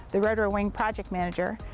the rotary wing project manager.